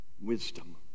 wisdom